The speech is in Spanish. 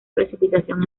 precipitación